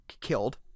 killed